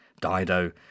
Dido